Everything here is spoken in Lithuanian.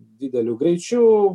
dideliu greičiu